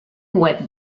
web